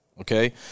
okay